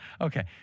Okay